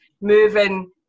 moving